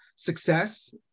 success